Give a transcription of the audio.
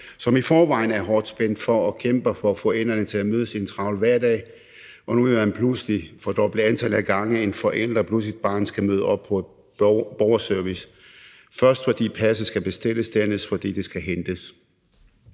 som i forvejen er hårdt spændt for og kæmper for at få enderne til at mødes i en travl hverdag. Og nu vil man pludselig fordoble antallet af gange, hvor en forælder plus et barn skal møde op på borgerservice, nemlig først fordi passet skal bestilles, dernæst fordi det skal hentes.